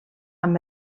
amb